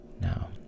Now